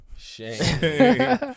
shame